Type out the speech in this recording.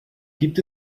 gibt